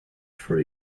for